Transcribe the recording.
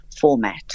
format